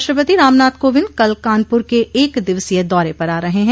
राष्ट्रपति रामनाथ कोविंद कल कानपुर के एक दिवसीय दौरे पर आ रहे हैं